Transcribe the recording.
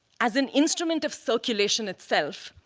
as an instrument of circulation itself,